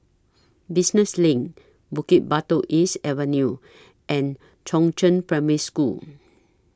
Business LINK Bukit Batok East Avenue and Chongzheng Primary School